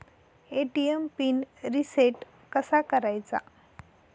ATM PIN reset कसा करायचा?